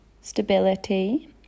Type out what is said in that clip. stability